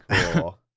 cool